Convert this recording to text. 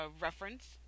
reference